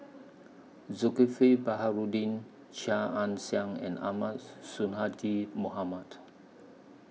Zulkifli Baharudin Chia Ann Siang and Ahmad Son Sonhadji Mohamad